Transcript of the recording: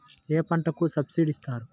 ఏ పంటకు సబ్సిడీ ఇస్తారు?